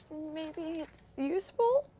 maybe it's useful